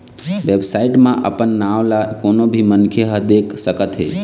website म अपन नांव ल कोनो भी मनखे ह देख सकत हे